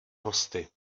hosty